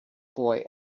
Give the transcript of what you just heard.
boy